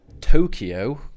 Tokyo